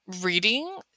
reading